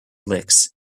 licks